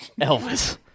Elvis